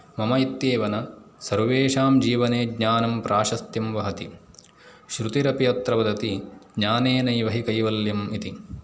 मम इत्येव न सर्वेषां जीवने ज्ञानं प्राशस्त्यं वहति श्रुतिपरि अत्र वदति ज्ञानेनैव हि कैवल्यम् इति